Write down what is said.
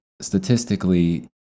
Statistically